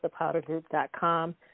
thepowdergroup.com